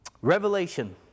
Revelation